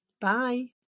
Bye